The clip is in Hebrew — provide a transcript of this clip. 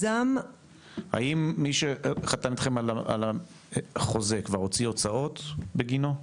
האם מי שחתם אתכם על החוזה כבר הוציא הוצאות בגינו?